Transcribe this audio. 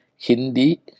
Hindi